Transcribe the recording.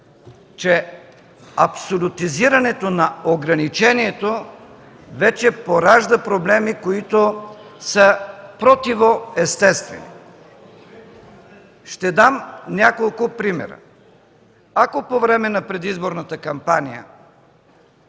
че абсолютизирането на ограничението вече поражда проблеми, които са противоестествени. Ще дам няколко примера. Ако по време на предизборната кампания